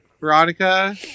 Veronica